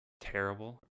Terrible